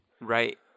right